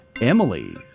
Emily